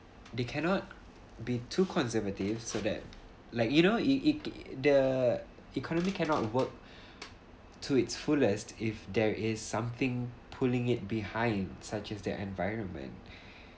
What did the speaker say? they cannot be too conservative so that like you know you you the economy cannot work to its fullest if there is something pulling it behind such as the environment